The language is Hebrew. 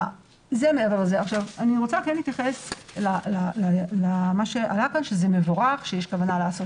אני רוצה להתייחס לכוונה המבורכת לעשות